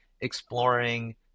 exploring